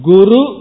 Guru